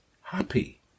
happy